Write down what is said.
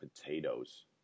potatoes